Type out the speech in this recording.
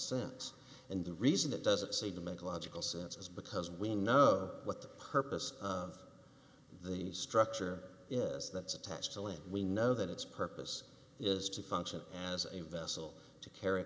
sense and the reason it doesn't seem to make logical sense is because we know what the purpose of the structure that's attached to when we know that its purpose is to function as a vessel to carry a